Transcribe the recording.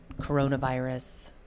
coronavirus